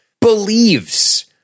believes